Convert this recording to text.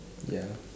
ya